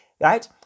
right